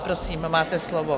Prosím, máte slovo.